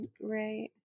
Right